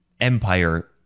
empire